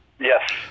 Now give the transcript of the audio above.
Yes